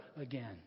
again